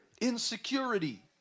Insecurity